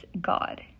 God